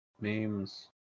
Memes